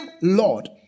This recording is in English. Lord